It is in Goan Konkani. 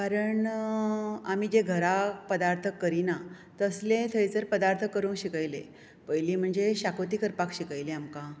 कारण आमी जे घरा पदार्थ करिना तसले थंयसर पदार्थ करूंक शिकयले पयलीं म्हणजे शाकुती करपाक शिकयली आमकां